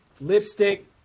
lipstick